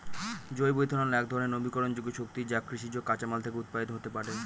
জৈব ইথানল একধরনের নবীকরনযোগ্য শক্তি যা কৃষিজ কাঁচামাল থেকে উৎপাদিত হতে পারে